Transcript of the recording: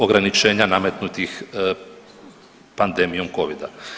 ograničenja nametnutih pandemijom covida.